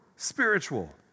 spiritual